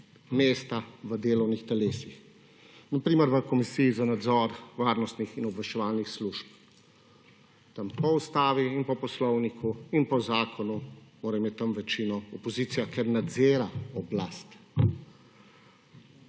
mesta v delovnih telesih. Na primer v Komisiji za nadzor varnostnih in obveščevalnih služb, tam po Ustavi in pa Poslovniku in pa v zakonu mora imeti tam večino opozicija, ker nadzira oblast.